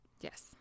Yes